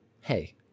hey